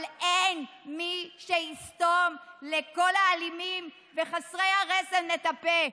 אבל אין מי שיסתום לכל האלימים וחסרי הרסן את הפה,